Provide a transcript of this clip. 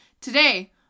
Today